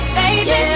baby